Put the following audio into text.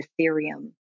Ethereum